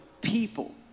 people